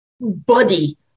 body